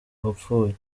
wapfuye